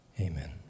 Amen